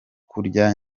kurya